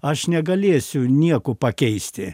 aš negalėsiu nieko pakeisti